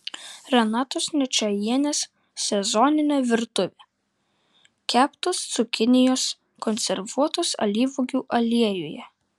renatos ničajienės sezoninė virtuvė keptos cukinijos konservuotos alyvuogių aliejuje